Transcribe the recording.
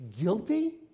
Guilty